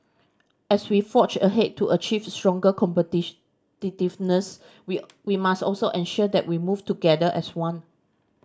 as we forge ahead to achieve stronger we we must also ensure that we move together as one